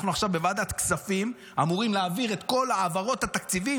אנחנו עכשיו בוועדת כספים אמורים להעביר את כל העברות התקציבים,